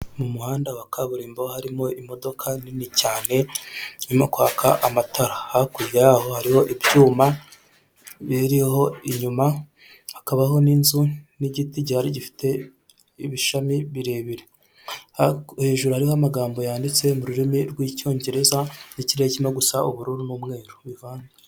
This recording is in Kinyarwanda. Mu muhanda wa kaburimbo harimo imodoka nini cyane irimo kwaka amatara. Hakurya yaho hariho ibyuma biriho inyuma, hakabaho n'inzu n'igiti giharigifite ibishami birebire, hejuru y'amagambo yanditse mu rurimi rw'icyongereza ikirere kiri gusa ubururu n'umweru bivanze.